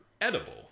edible